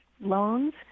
loans